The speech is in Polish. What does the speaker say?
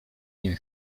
nie